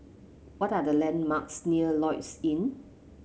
what are the landmarks near Lloyds Inn